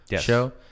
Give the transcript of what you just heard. show